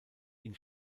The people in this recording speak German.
ihn